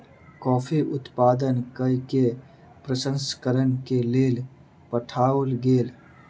coffee उत्पादन कय के प्रसंस्करण के लेल पठाओल गेल